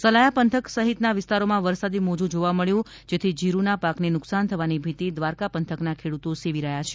સલાયા પંથક સહિતના વિસ્તારોમાં વરસાદી મોજુ જોવા મબ્યું જેથી જીરૂના પાકને નુકસાન થવાની ભીતી દ્વારકા પંથકના ખેડૂતો સેવી રહ્યા છે